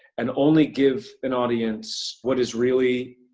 and only give an audience what is really.